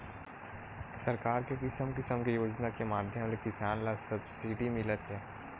सरकार के किसम किसम के योजना के माधियम ले किसान ल सब्सिडी मिलत हे